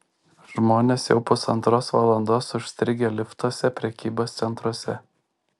žmonės jau pusantros valandos užstrigę liftuose prekybos centruose